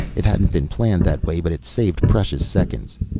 it hadn't been planned that way, but it saved precious seconds.